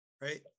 right